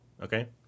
Okay